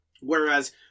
whereas